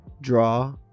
draw